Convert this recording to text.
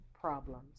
problems